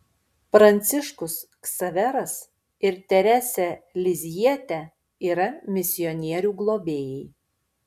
pranciškus ksaveras ir terese lizjiete yra misionierių globėjai